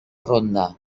ronda